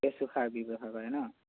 কেঁচুসাৰ ব্যৱহাৰ কৰে ন